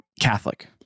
Catholic